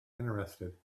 interested